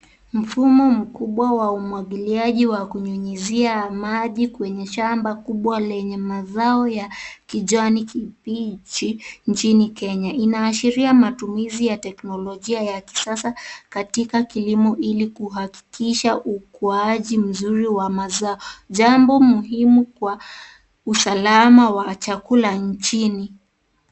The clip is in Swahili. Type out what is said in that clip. Mfumo mkubwa wa umwagiliaji wa kunyunyizia maji kwenye shamba kubwa lenye mazao ya kijani kibichi nchini Kenya. Inaashiria matumizi ya teknolojia ya kisasa katika kilimo ili kuhakikisha ukuaji mzuri wa mazao. Jambo muhimu kwa usalama wa chakula nchini.